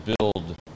build